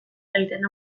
egiten